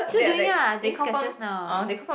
still doing ah I doing sketches now ah